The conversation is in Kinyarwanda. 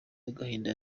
agahinda